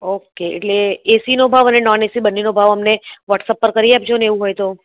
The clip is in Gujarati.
ઓકે એટલે એસીનો ભાવ અને નોન એસી બંનેનો ભાવ અમને વ્હોટ્સએપ પર કરી આપજો ને એવું હોય તો